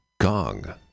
Gong